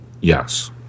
Yes